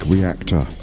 Reactor